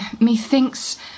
methinks